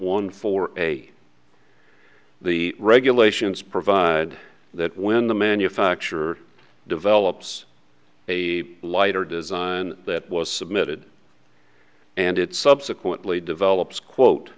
one four a the regulations provide that when the manufacturer develops a lighter design that was submitted and it subsequently develops quote